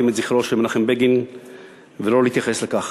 את זכרו של מנחם בגין ולא להתייחס לכך.